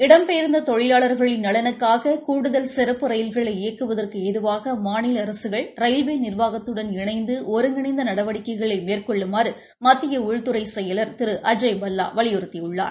இடம்பெயர்ந்த தொழிலாளர்களின் நலனுக்காக கூடுதல் சிறப்பு ரயில்களை இயக்குவதற்கு ஏதுவாக ரயில்வே நிர்வாகத்துடன் இணைந்து ஒருங்கிணைந்த நடவடிக்கைகளை மாநில மேற்கொள்ளுமாறு மத்திய உள்துறை செயலர் திரு அஜய்பல்லா வலியுறுத்தியுள்ளார்